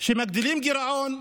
כשמגדילים גירעון,